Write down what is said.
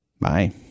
Bye